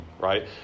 right